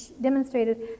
demonstrated